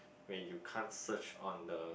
where you can't search on the